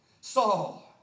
Saul